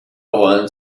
one